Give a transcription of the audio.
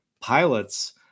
pilots